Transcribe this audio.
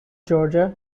georgia